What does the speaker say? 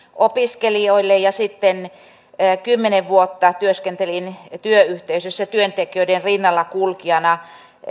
opiskelijoille ja sitten kymmenen vuotta työskentelin työyhteisössä työntekijöiden rinnallakulkijana